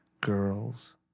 girls